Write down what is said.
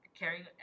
carrying